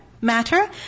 matter